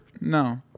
No